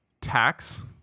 tax